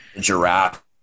Giraffe